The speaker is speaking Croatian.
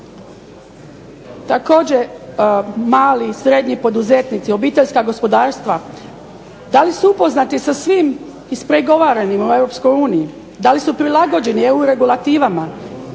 Također, mali i srednji poduzetnici, obiteljska gospodarstva, da li su upoznati sa svim ispregovaranim u Europskoj uniji, da li su prilagođeni EU regulativama